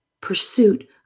pursuit